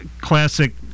classic